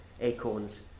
acorns